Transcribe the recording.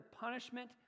punishment